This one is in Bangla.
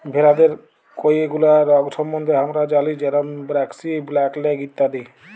ভেরাদের কয়ে গুলা রগ সম্বন্ধে হামরা জালি যেরম ব্র্যাক্সি, ব্ল্যাক লেগ ইত্যাদি